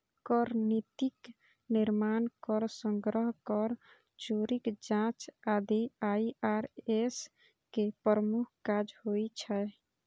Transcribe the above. कर नीतिक निर्माण, कर संग्रह, कर चोरीक जांच आदि आई.आर.एस के प्रमुख काज होइ छै